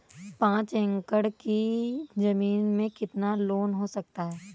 पाँच एकड़ की ज़मीन में कितना लोन हो सकता है?